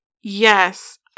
Yes